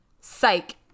Psych